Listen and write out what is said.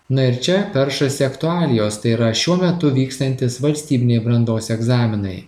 na ir čia peršasi aktualijos tai yra šiuo metu vykstantis valstybiniai brandos egzaminai